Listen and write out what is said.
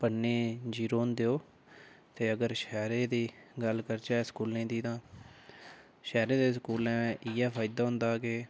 पढ़ने जीरो होंदे ओह् ते अगर शैह्रे दी गल्ल करचै स्कूलें दी तां शैह्रें दे स्कूलें दा इ'यै फायदा होंदा कि